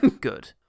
good